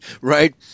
right